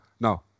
no